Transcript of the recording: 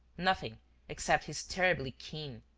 nothing except his terribly keen,